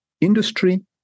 industry